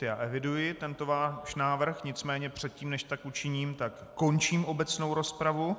Já eviduji tento váš návrh, nicméně předtím, než tak učiním, končím obecnou rozpravu.